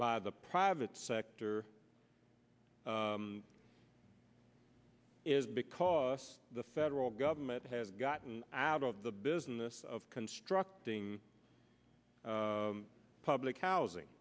by the private sector is because the federal government has gotten out of the business of constructing public housing